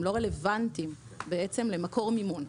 הם לא רלוונטיים בעצם למקור מימון.